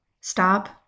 stop